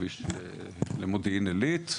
כביש למודיעין עילית,